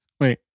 Wait